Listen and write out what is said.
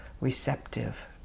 receptive